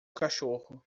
cachorro